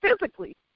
physically